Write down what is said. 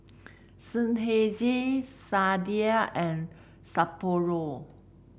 Seinheiser Sadia and Sapporo